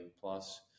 plus